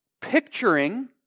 Picturing